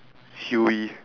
siew-yee